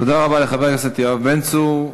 תודה רבה לחבר הכנסת יואב בן צור.